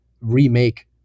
remake